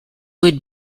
would